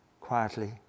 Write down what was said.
quietly